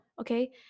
okay